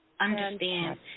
understand